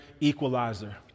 equalizer